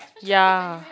ya